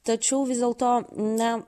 tačiau vis dėlto na